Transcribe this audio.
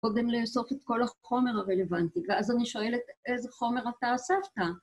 קודם לאסוף את כל החומר הרלוונטי, ואז אני שואלת איזה חומר אתה אספת?